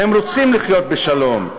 והם רוצים לחיות בשלום,